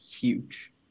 huge